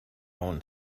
own